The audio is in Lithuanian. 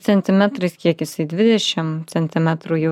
centimetrais kiek jisai dvidešim centimetrų jau